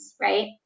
Right